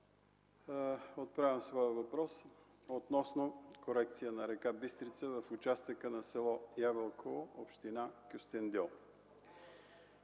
Отправям своя въпрос относно корекция на река Бистрица в участъка на село Ябълково, община Кюстендил.